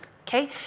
okay